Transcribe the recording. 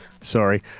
Sorry